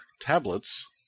tablets